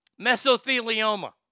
Mesothelioma